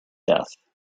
death